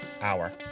hour